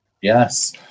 Yes